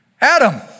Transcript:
Adam